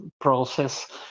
process